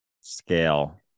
scale